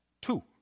two